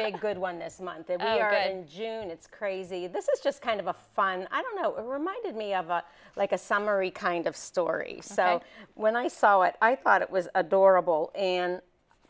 a good one this month and i started in june it's crazy this is just kind of a fun i don't know it reminded me of a like a summary kind of story so when i saw it i thought it was adorable and